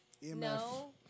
No